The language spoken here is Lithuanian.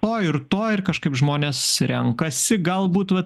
to ir to ir kažkaip žmonės renkasi gal būtų vat